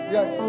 Yes